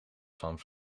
san